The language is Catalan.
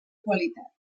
qualitat